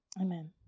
Amen